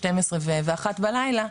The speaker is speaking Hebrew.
12 ואחת בלילה,